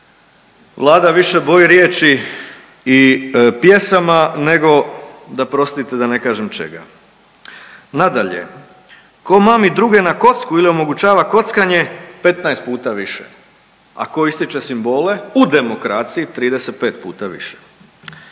Vlada više boji riječi i pjesama nego da prostite da ne kažem čega. Nadalje, tko mami druge na kocku ili omogućava kockanje 15 puta više, a tko ističe simbole u demokraciji 35 puta više.